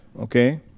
okay